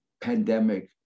pandemic